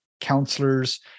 counselors